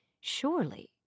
surely